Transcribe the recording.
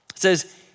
says